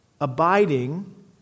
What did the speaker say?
Abiding